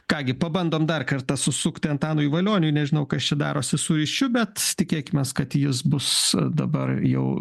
ką gi pabandom dar kartą susukti antanui valioniui nežinau kas čia darosi su ryšiu bet tikėkimės kad jis bus dabar jau